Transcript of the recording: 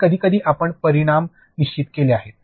आणि कधीकधी आपण परिमाण निश्चित केले आहेत